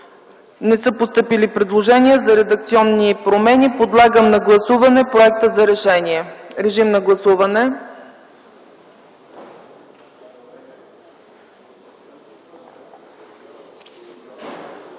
Не са постъпили предложения за редакционни промени. Подлагам на гласуване проекта за решение. Гласували